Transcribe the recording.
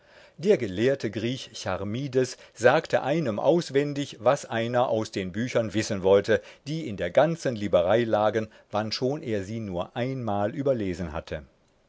der gelehrte griech charmides sagte einem auswendig was einer aus den büchern wissen wollte die in der ganzen liberei lagen wannschon er sie nur einmal überlesen hatte